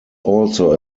also